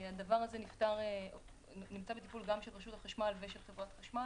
הדבר הזה נמצא בטיפול של רשות החשמל ושל חברת החשמל.